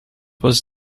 was